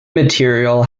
material